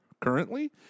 currently